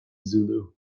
zulu